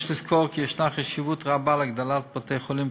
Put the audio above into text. יש לזכור כי יש חשיבות רבה להגדלת בתי-החולים,